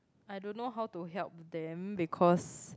I don't know how to help them because